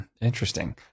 interesting